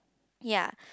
ya